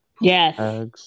Yes